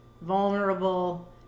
vulnerable